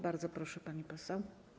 Bardzo proszę, pani poseł.